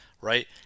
right